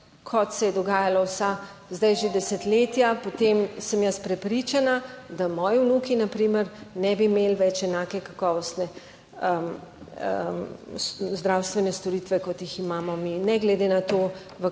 kot se je dogajalo vsa zdaj že desetletja, potem sem jaz prepričana, da moji vnuki na primer ne bi imeli več enake kakovostne zdravstvene storitve, kot jih imamo mi, ne glede na to,